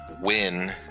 win